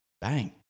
Bang